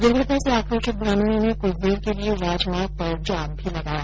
दुर्घटना से आक्रोशित ग्रामीणों ने कुछ देर के लिए राजमार्ग पर जाम भी लगाया